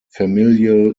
familial